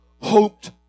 hoped